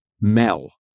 Mel